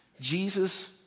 Jesus